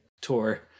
tour